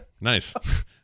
nice